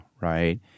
right